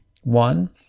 one